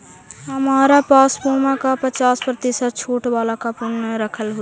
हमरा पास पुमा का पचास प्रतिशत छूट वाला कूपन रखल हई